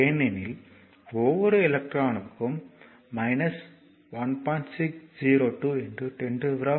ஏனெனில் ஒவ்வொரு எலக்ட்ரானுக்கும் 1